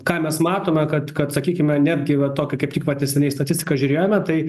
ką mes matome kad kad sakykime netgi va tokią kaip tik vat neseniai statistiką žiūrėjome tai